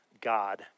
God